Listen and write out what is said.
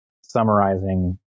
summarizing